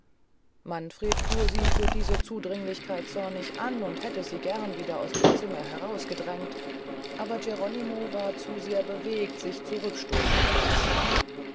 manfred fuhr sie für diese zudringlichkeit zornig an und hätte sie gern wieder aus dem zimmer heraus gedrängt aber geronimo war zu sehr bewegt sich zurück stoßen zu lassen